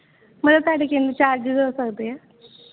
ਮਤਲਬ ਤੁਹਾਡੇ ਕਿੰਨੇ ਚਾਰਜਸ ਹੋ ਸਕਦੇ ਹੈ